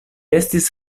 estis